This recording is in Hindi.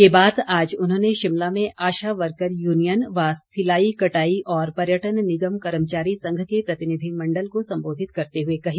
ये बात आज उन्होंने शिमला में आशा वर्कर यूनियन व सिलाई कटाई और पर्यटन निगम कर्मचारी संघ के प्रतिनिधिमंडल को संबोधित करते हुए कही